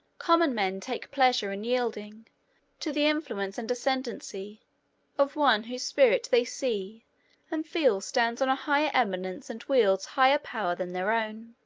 common men take pleasure in yielding to the influence and ascendency of one whose spirit they see and feel stands on a higher eminence and wields higher powers than their own.